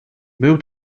był